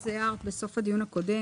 אז הערת בסוף הדיון הקודם,